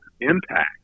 impact